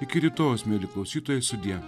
iki rytojaus mieli klausytojai sudie